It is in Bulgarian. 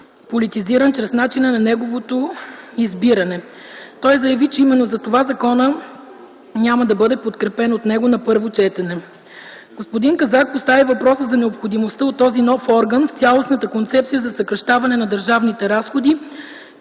политизиран чрез начина на неговото избиране. Той заяви, че именно затова законът няма да бъде подкрепен от него на първо четене. Господин Казак постави въпроса за необходимостта от този нов орган в цялостната концепция за съкращаване на държавните разходи,